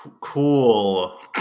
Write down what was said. Cool